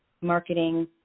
marketing